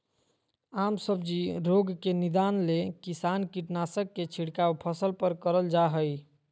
आम सब्जी रोग के निदान ले किसान कीटनाशक के छिड़काव फसल पर करल जा हई